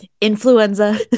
Influenza